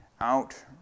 out